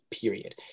period